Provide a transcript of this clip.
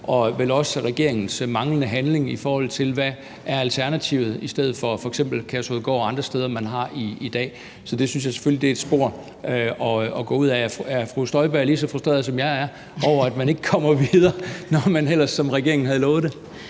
om øen Lindholm og vel også regeringens manglende handling, i forhold til hvad alternativet til f.eks. Kærshovedgård og andre steder, man har i dag, er. Så det synes jeg selvfølgelig er et spor at gå ud ad. Er fru Inger Støjberg lige så frustreret, som jeg er, over, at man ikke kommer videre, når man ellers, som regeringen gjorde, havde lovet det?